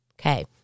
Okay